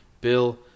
Bill